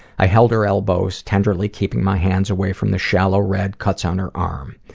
i held her elbows, tenderly keeping my hands away from the shallow red cuts on her arm.